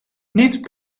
niet